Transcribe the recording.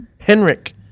Henrik